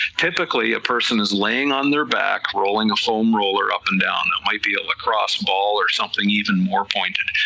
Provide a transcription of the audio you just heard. typically a person is lying on their back rolling a foam roller roller up and down, it may be a lacrosse ball or something even more pointed,